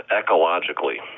ecologically